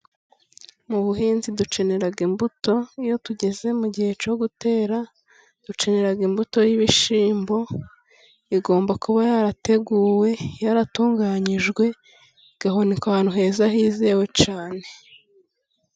Mu buhinzi dukenera imbuto, iyo tugeze mu gihe cyo gutera, dukenera imbuto y'ibishyimbo, igomba kuba yarateguwe, yaratunganyijwe, igahunikwa ahantu heza hizewe cyane.